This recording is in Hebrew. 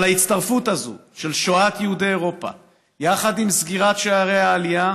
אבל הצטרפות הזאת של שואת יהודי אירופה יחד עם סגירת שערי העלייה